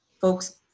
folks